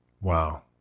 Wow